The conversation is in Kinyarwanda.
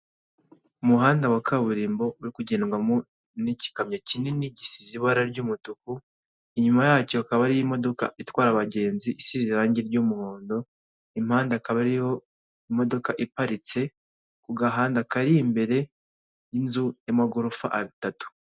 Umuhanda wa kaburimbo uri kugendwamo n'igikamyo kinini gisize ibara ry'umutuku inyuma yacyo hakaba ariyo imodoka itwara abagenzi isize irangi ry'umuhondo impande akaba ariho imodoka iparitse ku gahanda kari imbere y'inzu y'amagorofa atatu.